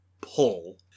pull